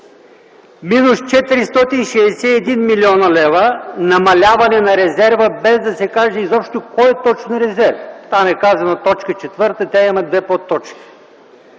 минус 461 млн. лв. намаляване на резерва, без да се каже изобщо кой точно резерв. Там е казано т. 4, тя има две подточки.